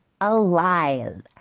alive